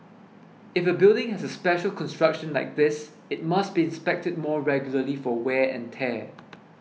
if a building has a special construction like this it must be inspected more regularly for wear and tear